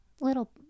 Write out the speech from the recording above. little